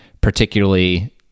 particularly